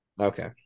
Okay